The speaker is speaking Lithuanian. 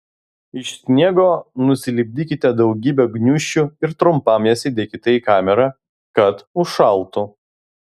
iš sniego nusilipdykite daugybę gniūžčių ir trumpam jas įdėkite į kamerą kad užšaltų